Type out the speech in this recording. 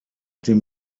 dem